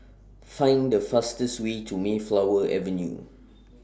Find The fastest Way to Mayflower Avenue